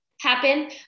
happen